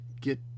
get